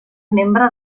membre